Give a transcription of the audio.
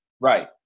Right